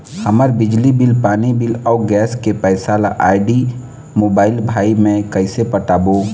हमर बिजली बिल, पानी बिल, अऊ गैस के पैसा ला आईडी, मोबाइल, भाई मे कइसे पटाबो?